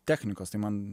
technikos tai man